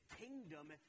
kingdom